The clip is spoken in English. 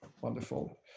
Wonderful